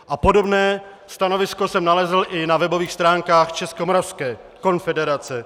A podobné stanovisko jsem nalezl i na webových stránkách Českomoravské konfederace odborů.